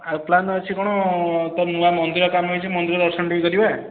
ଆଉ ପ୍ଲାନ୍ ଅଛି କ'ଣ ତ ନୂଆ ମନ୍ଦିର କାମ ହେଇଛି ମନ୍ଦିର ଦର୍ଶନ ଟିକେ କରିବା